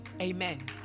amen